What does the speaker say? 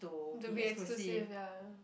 to be exclusive ya